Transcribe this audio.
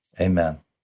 amen